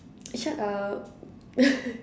shut up